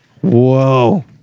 Whoa